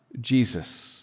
Jesus